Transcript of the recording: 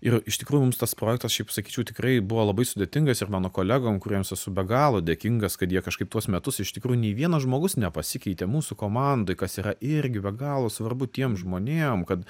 ir iš tikrųjų mums tas projektas šiaip sakyčiau tikrai buvo labai sudėtingas ir mano kolegom kuriems esu be galo dėkingas kad jie kažkaip tuos metus iš tikrųjų nei vienas žmogus nepasikeitė mūsų komandoj kas yra irgi be galo svarbu tiem žmonėm kad